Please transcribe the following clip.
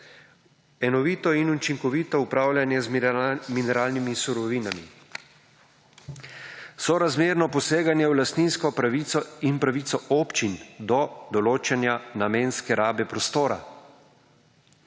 enovito in učinkovito upravljanje z mineralnimi surovinami, sorazmerno poseganje v lastninsko pravico in pravico občin do določanja namenske rabe prostora.